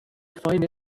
find